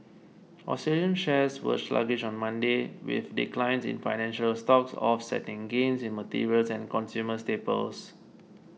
Australian shares were sluggish on Monday with declines in financial stocks offsetting gains in materials and consumer staples